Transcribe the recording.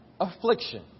affliction